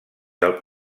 del